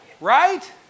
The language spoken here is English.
Right